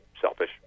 selfish